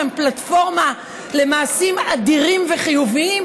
שהן פלטפורמה למעשים אדירים וחיוביים,